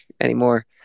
anymore